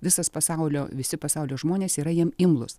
visas pasaulio visi pasaulio žmonės yra jam imlūs